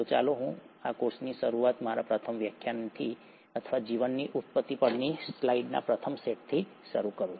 તો ચાલો હું આ કોર્સની શરૂઆત મારા પ્રથમ વ્યાખ્યાનથી અથવા જીવનની ઉત્પત્તિ પરની સ્લાઇડ્સના પ્રથમ સેટથી કરું